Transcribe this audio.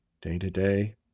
day-to-day